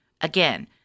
Again